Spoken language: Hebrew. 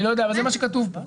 אני לא יודע אבל זה מה שכתוב כאן.